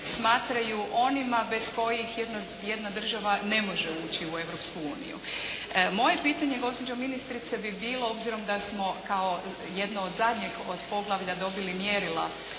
smatraju onim bez kojih jedna država ne može ući u Europsku uniju. Moje pitanje gospođo ministrice bi bilo obzirom da smo kao jedno od zadnjih poglavlja dobili mjerila